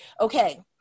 Okay